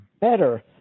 better